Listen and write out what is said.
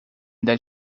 that